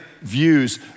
views